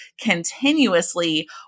continuously